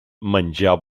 menjar